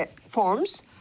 forms